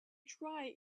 try